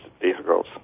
vehicles